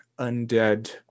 undead